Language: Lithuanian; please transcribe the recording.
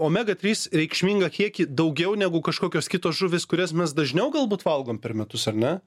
omega trys reikšmingą kiekį daugiau negu kažkokios kitos žuvys kurias mes dažniau galbūt valgom per metus ar ne